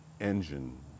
engine